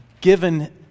given